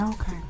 Okay